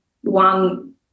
one